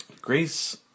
Grace